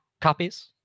copies